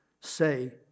say